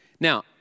Now